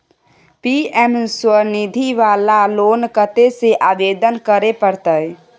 PM Svanidhi वाला loan कत्ते से आवेदन करे परतै?